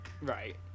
Right